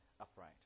upright